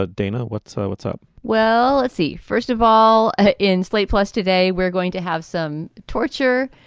ah dana, what's so what's up? well, see, first of all, ah in slate plus today, we're going to have some torture.